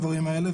הדברים האלה,